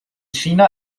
china